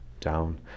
down